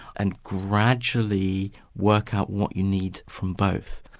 and gradually work out what you need from both.